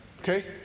Okay